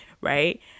right